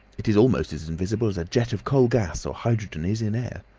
it is almost as invisible as a jet of coal gas or hydrogen is in air.